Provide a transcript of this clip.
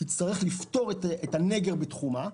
תצטרך לפתור את הנגר בתחומה.